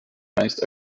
meist